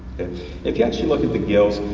if yeah you look at the gills,